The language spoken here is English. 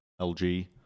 LG